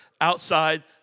outside